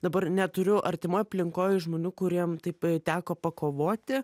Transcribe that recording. dabar neturiu artimoj aplinkoj žmonių kuriem taip teko pakovoti